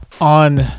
on